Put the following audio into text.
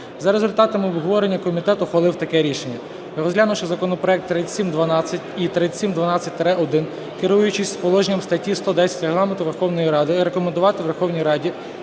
За результатами обговорення комітет ухвалив таке рішення: розглянувши законопроект 3712 і 3712-1, керуючись положенням статті 110 Регламенту Верховної Ради, рекомендувати Верховній Раді